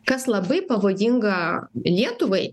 kas labai pavojinga lietuvai